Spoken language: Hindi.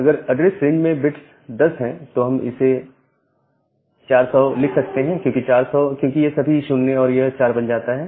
अगर एड्रेस रेंज में बिट्स 10 है तो हम इसे 400 लिख सकते हैं 400 क्योंकि ये सभी 0 है और यह 4 बन जाता है